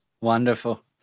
Wonderful